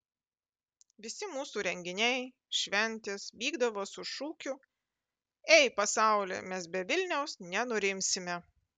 visi mūsų renginiai šventės vykdavo su šūkiu ei pasauli mes be vilniaus nenurimsime